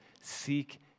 Seek